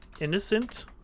innocent